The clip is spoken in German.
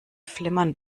flimmern